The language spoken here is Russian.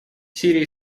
сирия